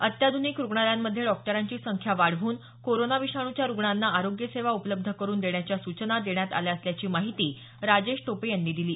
अत्याधुनिक रुग्णालयांमधे डॉक्टरांची संख्या वाढवून कोरोना विषाण्च्या रुग्णांना आरोग्य सेवा उपलब्ध करुन देण्याच्या सूचना देण्यात आल्या असल्याची माहिती राजेश टोपे यांनी दिली